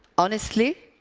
honestly,